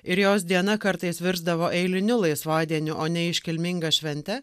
ir jos diena kartais virsdavo eiliniu laisvadieniu o ne iškilminga švente